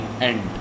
end